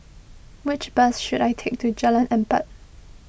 which bus should I take to Jalan Empat